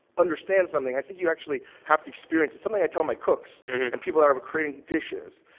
understand something, i think you actually have to experience it. something i tell my cooks and people that are but creating dishes